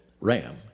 RAM